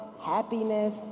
happiness